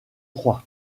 droit